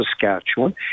Saskatchewan